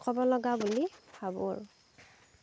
ক'ব লগা বুলি ভাবোঁ আৰু